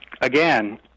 Again